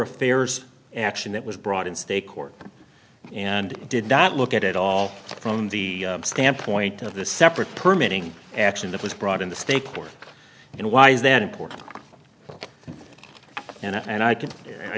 affairs action that was brought in state court and did not look at it all from the standpoint of the separate permeating action that was brought in the state park and why is that important and i can i c